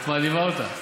את מעליבה אותה.